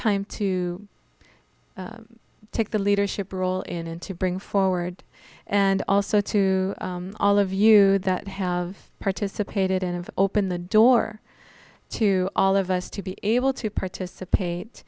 time to take the leadership role in and to bring forward and also to all of you that have participated in an open the door to all of us to be able to participate